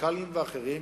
מנכ"לים ואחרים,